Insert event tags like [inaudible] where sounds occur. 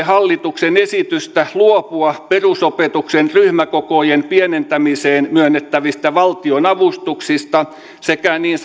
[unintelligible] hallituksen esitystä luopua perusopetuksen ryhmäkokojen pienentämiseen myönnettävistä valtionavustuksista sekä niin [unintelligible]